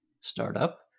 startup